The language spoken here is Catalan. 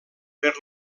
per